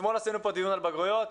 אתמול עשינו פה דיון על בגרויות,